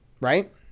Right